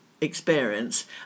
experience